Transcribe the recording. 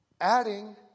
adding